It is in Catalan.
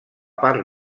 part